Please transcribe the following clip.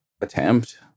attempt